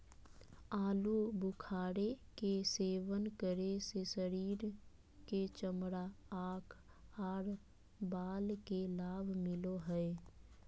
आलू बुखारे के सेवन करे से शरीर के चमड़ा, आंख आर बाल के लाभ मिलो हय